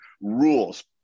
rules